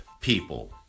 people